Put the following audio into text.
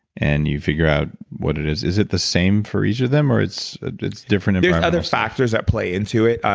and you figure out what it is? is it the same for each of them or it's it's different environmental. there's other factors at play into it.